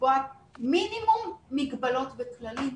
לקבוע מינימום מגבלות וכללים,